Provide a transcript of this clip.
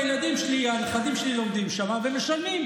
הילדים שלי, הנכדים שלי, לומדים שם ומשלמים.